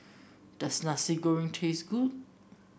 does Nasi Goreng taste good